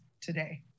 today